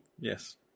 Yes